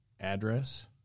address